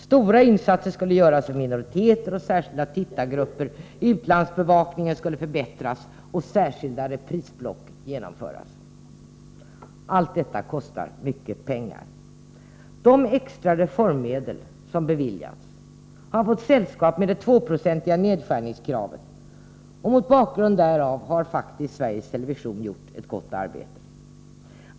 Stora insatser skulle göras för minoriteter och särskilda tittargrupper, utlandsbevakningen skulle förbättras och särskilda reprisblock skulle genomföras. Allt detta kostar mycket pengar. De extra reformmedel som beviljats har fått sällskap med det 2-procentiga nedskärningskravet, och mot bakgrund därav har Sveriges Television faktiskt gjort ett gott arbete.